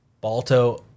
Balto